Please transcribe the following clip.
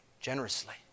generously